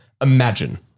imagine